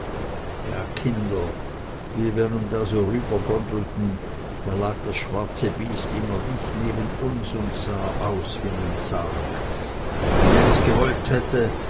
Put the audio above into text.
ja kinder wie wir nu da so rübergondelten da lag das schwarze biest immer dicht neben uns und sah aus wie n sarg und wenn es gewollt hätte